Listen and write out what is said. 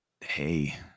hey